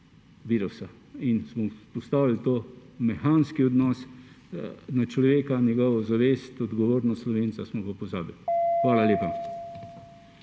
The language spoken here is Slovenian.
virusa in smo vzpostavili ta mehanski odnos na človeka, njegovo zavest, odgovornost Slovenca smo pa pozabili. Hvala lepa.